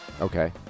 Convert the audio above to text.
Okay